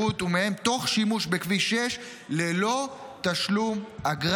ומהם תוך שימוש בכביש 6 ללא תשלום אגרה.